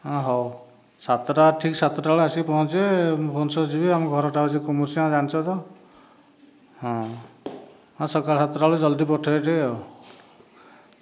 ହଁ ହେଉ ସାତଟା ଠିକ ସାତଟା ବେଳକୁ ଆସିକି ପହଞ୍ଚିବେ ମୁଁ ଭୁବନେଶ୍ୱର ଯିବି ଆମ ଘରଟା କୁମୁର୍ଶିଆ ଜାଣିଛ ତ ହଁ ସକାଳ ସାତଟା ବେଳେ ଜଲ୍ଦି ପଠାଇବେ ଟିକେ ଆଉ